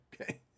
Okay